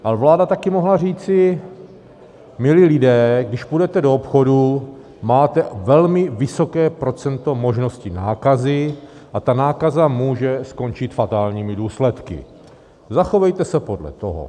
Ale vláda také mohla říci: Milí lidé, když půjdete do obchodu, máte velmi vysoké procento možnosti nákazy a ta nákaza může skončit fatálními důsledky, zachovejte se podle toho.